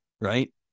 right